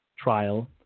trial